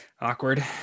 Awkward